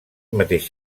mateix